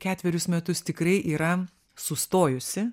ketverius metus tikrai yra sustojusi